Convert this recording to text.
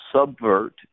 subvert